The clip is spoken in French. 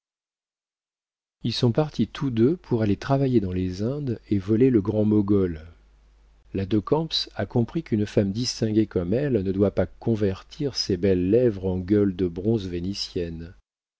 ils sont partis tous deux pour aller travailler dans les indes et voler le grand mogol la de camps a compris qu'une femme distinguée comme elle ne doit pas convertir ses belles lèvres en gueule de bronze vénitienne